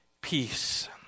peace